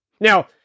Now